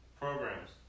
programs